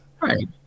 Right